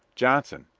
johnson,